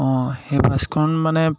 অঁ সেই বাছখন মানে